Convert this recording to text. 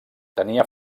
tenia